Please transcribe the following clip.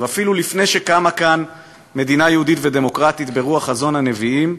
ואפילו לפני שקמה כאן מדינה יהודית ודמוקרטית ברוח חזון הנביאים,